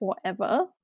forever